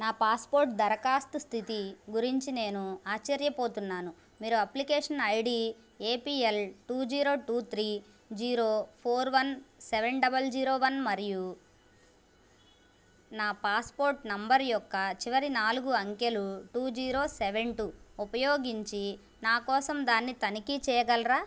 నా పాస్పోర్ట్ దరఖాస్తు స్థితి గురించి నేను ఆశ్చర్యపోతున్నాను మీరు application I D A P L two zero two three zero four one seven double zero one మరియు నా పాస్పోర్ట్ నంబర్ యొక్క చివరి నాలుగు అంకెలు టూ జీరో సెవన్ టూ ఉపయోగించి నా కోసం దాన్ని తనిఖీ చేయగలరా